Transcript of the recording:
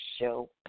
show